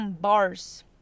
bars